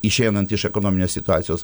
išeinant iš ekonominės situacijos